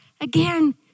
again